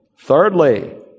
Thirdly